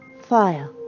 fire